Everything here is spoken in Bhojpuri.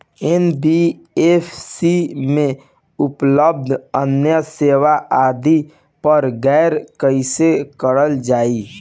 एन.बी.एफ.सी में उपलब्ध अन्य सेवा आदि पर गौर कइसे करल जाइ?